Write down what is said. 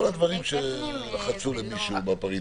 כל הדברים שלחצו למישהו בפריטטי.